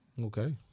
Okay